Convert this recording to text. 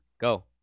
Go